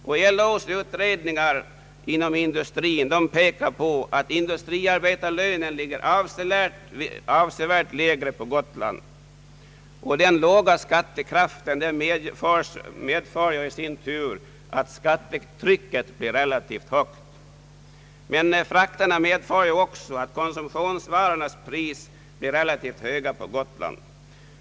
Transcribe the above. LO:s utredningar om lönerna inom industrin ger vid handen att industriarbetarlönen är avsevärt lägre på Gotland än i den övriga delen av landet. Den låga skattekraften medför i sin tur att skattetrycket blir relativt högt. Men fraktkostnaderna medför också att priset på konsumtionsvaror är relativt högt på Gotland.